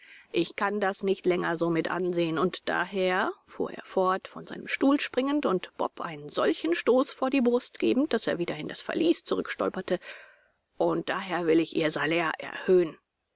ich kann das nicht länger so mit ansehen und daher fuhr er fort von seinem stuhl springend und bob einen solchen stoß vor die brust gebend daß er wieder in das verließ zurückstolperte und daher will ich ihr salär erhöhen